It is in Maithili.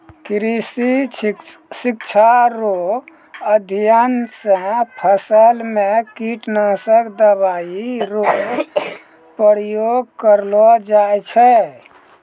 कृषि शिक्षा रो अध्ययन से फसल मे कीटनाशक दवाई रो प्रयोग करलो जाय छै